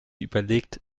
überlegt